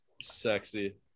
sexy